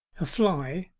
a fly,